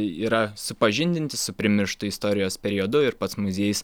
yra supažindinti su primirštu istorijos periodu ir pats muziejus